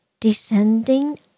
Descending